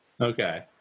Okay